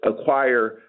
acquire